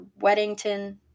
Weddington